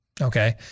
Okay